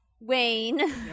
Wayne